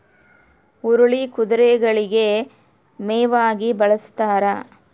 ಹುರುಳಿ ಕುದುರೆಗಳಿಗೆ ಮೇವಾಗಿ ಬಳಸ್ತಾರ